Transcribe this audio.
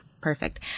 perfect